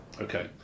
Okay